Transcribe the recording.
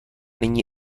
není